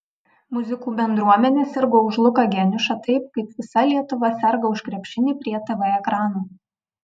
muzikų bendruomenė sirgo už luką geniušą taip kaip visa lietuva serga už krepšinį prie tv ekranų